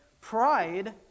pride